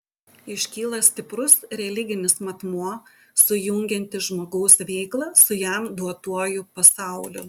iškyla stiprus religinis matmuo sujungiantis žmogaus veiklą su jam duotuoju pasauliu